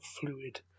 fluid